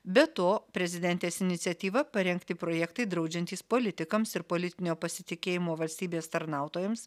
be to prezidentės iniciatyva parengti projektai draudžiantys politikams ir politinio pasitikėjimo valstybės tarnautojams